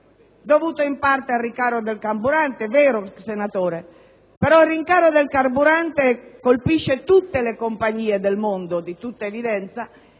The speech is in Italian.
dovuta in parte al rincaro del carburante. È vero, senatore, però il rincaro del carburante colpisce tutte le compagnie del mondo, è di tutta evidenza,